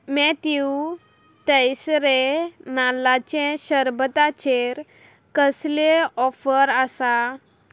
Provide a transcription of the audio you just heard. Matthew तैसरे नाल्लाचे शरबताचेर कसलेय ऑफर आसा